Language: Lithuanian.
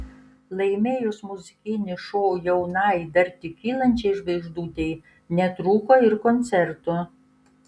laimėjus muzikinį šou jaunai dar tik kylančiai žvaigždutei netrūko ir koncertų